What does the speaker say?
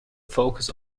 focus